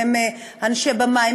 אם הם אנשי במה,